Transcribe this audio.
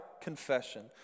confession